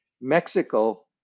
Mexico